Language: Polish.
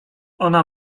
ona